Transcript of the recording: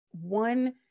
one